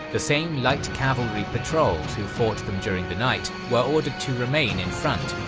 the same light cavalry patrols who fought them during the night were ordered to remain in front,